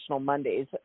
Mondays